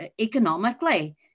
economically